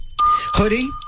hoodie